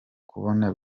kubona